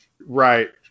right